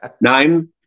Nine